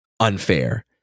unfair